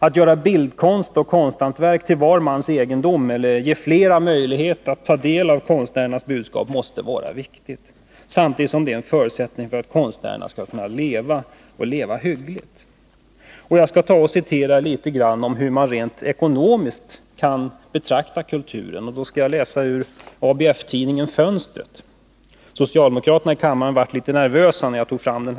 Att göra bildkonst och konsthantverk till var mans egendom eller ge fler möjlighet att ta del av konstnärernas budskap måste vara viktigt och samtidigt är det en förutsättning för att konstnärerna skall kunna leva, och leva hyggligt. Jag skall citera litet om hur kulturen rent ekonomiskt kan betraktas. Jag skall läsa ur ABF-tidningen Fönstret. Socialdemokraterna i kammaren blev litet nervösa när jag tog fram den.